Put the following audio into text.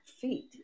feet